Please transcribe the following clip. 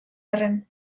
arren